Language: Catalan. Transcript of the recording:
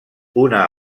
una